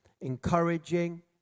encouraging